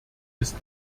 ist